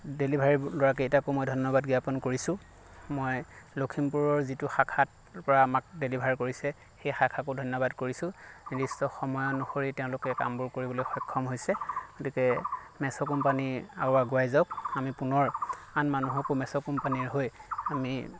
ডেলীভাৰিৰ ল'ৰাকেইটাকো মই ধন্যবাদ জ্ঞাপন কৰিছোঁ মই লখিমপুৰৰ যিটো শাখাত পৰা আমাক ডেলীভাৰ কৰিছে সেই শাখাকো ধন্যবাদ কৰিছোঁ নিৰ্দিষ্ট সময় অনুসৰি তেওঁলোকে কামবোৰ কৰিবলৈ সক্ষম হৈছে গতিকে মেছ' কোম্পানি আৰু আগুৱাই যাওক আমি পুনৰ আন মানুহকো মেছ' কোম্পানিৰ হৈ আমি